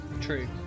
True